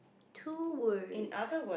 two word